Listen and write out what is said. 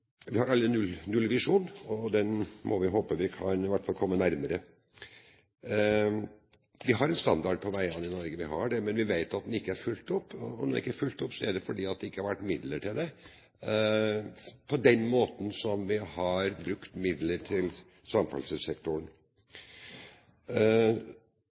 Vi har alle en nullvisjon, og den må vi håpe at vi kan komme nærmere. Vi har en standard på veiene i Norge, men vi vet at den ikke er fulgt opp. Er den ikke fulgt opp, er det fordi det ikke har vært midler til det, på den måten vi har brukt midler med hensyn til